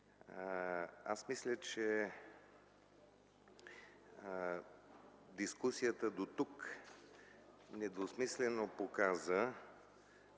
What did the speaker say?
Мисля, че дискусията дотук недвусмислено показа